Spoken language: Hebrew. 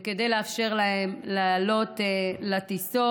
כדי לאפשר להם לעלות לטיסות